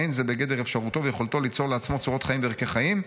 אין זה בגדר אפשרותו ויכולתו ליצור לעצמו צורות חיים וערכי חיים,